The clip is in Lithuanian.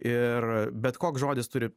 ir bet koks žodis turi